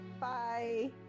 bye